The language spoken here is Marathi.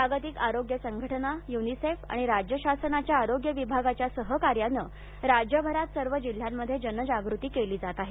जागतिक आरोग्य संघटना यूनिसेफ आणि राज्य शासनाच्या आरोग्य विभागाच्या सहकार्यानं राज्यभरात सर्व जिल्ह्यांमध्ये जनजागृती केली जात आहे